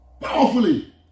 Powerfully